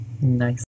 Nice